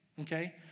okay